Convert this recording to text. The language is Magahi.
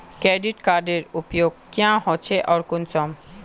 क्रेडिट कार्डेर उपयोग क्याँ होचे आर कुंसम?